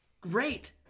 Great